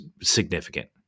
significant